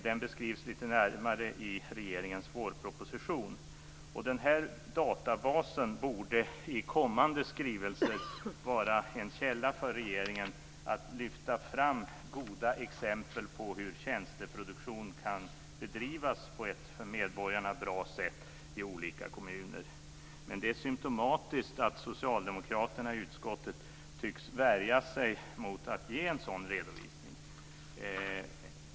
Den beskrivs lite närmare i regeringens vårproposition. Den här databasen borde i kommande skrivelser vara en källa för regeringen när det gäller att lyfta fram goda exempel på hur tjänsteproduktion kan bedrivas på ett för medborgarna bra sätt i olika kommuner. Men det är symtomatiskt att socialdemokraterna i utskottet tycks värja sig mot att ge en sådan redovisning.